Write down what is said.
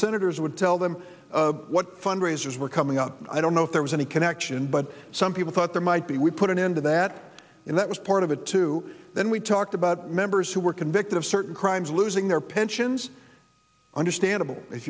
senators would tell them what fundraisers were coming up i don't know if there was any connection but some people thought there might be we put an end to that and that was part of it too then we talked about members who were convicted of certain crimes losing their pensions understandable if